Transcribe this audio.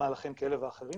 מהלכים כאלה ואחרים.